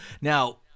Now